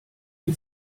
die